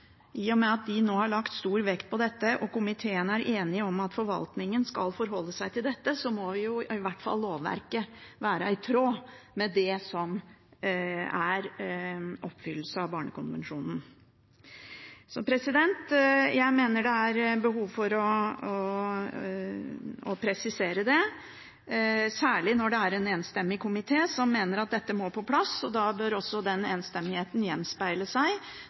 I og med at de har lagt stor vekt på dette, og komiteen er enig i at forvaltningen skal forholde seg til dette, må i hvert fall lovverket være i tråd med det som er oppfyllelsen av barnekonvensjonen. Jeg mener det er behov for å presisere det, særlig når det er en enstemmig komité som mener at dette må på plass. Da bør også den enstemmigheten